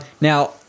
now